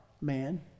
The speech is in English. man